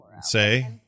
say